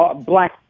black